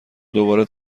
دوباره